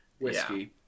whiskey